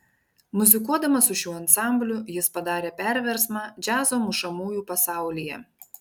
muzikuodamas su šiuo ansambliu jis padarė perversmą džiazo mušamųjų pasaulyje